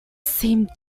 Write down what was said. seem